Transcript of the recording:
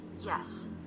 Yes